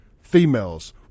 females